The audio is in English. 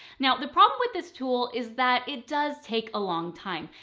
now the problem with this tool is that it does take a long time.